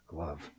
Glove